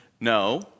No